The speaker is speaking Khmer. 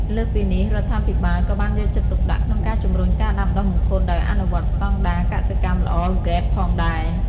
លើសពីនេះ រដ្ឋាភិបាលក៏បានយកចិត្តទុកដាក់ក្នុងការជំរុញការដាំដុះមង្ឃុតដោយអនុវត្តស្តង់ដារកសិកម្មល្អ GAP ផងដែរ។